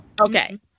Okay